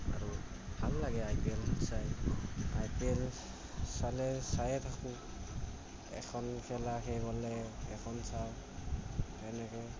আৰু ভাল লাগে আই পি এল চাই আই পি এল চালে চাইয়ে থাকোঁ এখন খেলা শেষ হ'লে এখন চাওঁ এনেকৈ